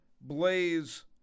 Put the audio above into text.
blaze